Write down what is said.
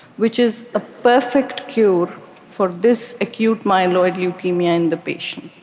which is a perfect cure for this acute myeloid leukemia in the patient.